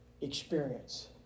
experience